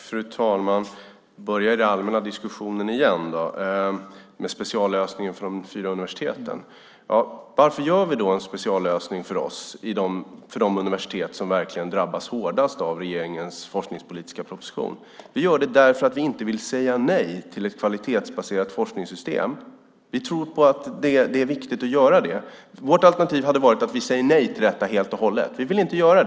Fru talman! Jag börjar med den allmänna diskussionen om speciallösningen för de fyra universiteten. Varför gör vi en speciallösning för de universitet som verkligen drabbas hårdast av regeringens forskningspolitiska proposition? Vi gör det för att vi inte vill säga nej till ett kvalitetsbaserat forskningssystem. Vi tror att det är viktigt att göra det. Vårt alternativ hade varit att helt och hållet säga nej till detta. Det vill vi inte göra.